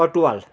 Katuwal